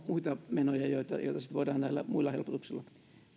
menoja joita sitten voidaan näillä muilla helpotuksilla